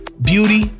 beauty